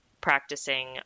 practicing